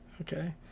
Okay